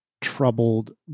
troubled